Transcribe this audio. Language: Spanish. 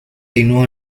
ainhoa